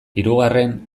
hirugarren